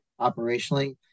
operationally